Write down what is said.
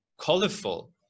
colorful